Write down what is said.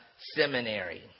seminary